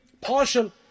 partial